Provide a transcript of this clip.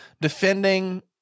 defending